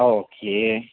okay